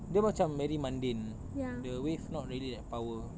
dia macam very mundane the wave not really like power